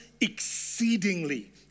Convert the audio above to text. exceedingly